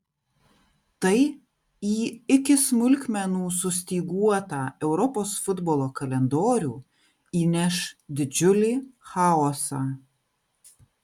tai į iki smulkmenų sustyguotą europos futbolo kalendorių įneš didžiulį chaosą